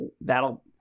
that'll